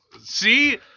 See